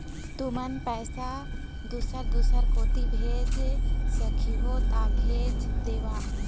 तुमन पैसा दूसर दूसर कोती भेज सखीहो ता भेज देवव?